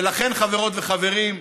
ולכן, חברות וחברים,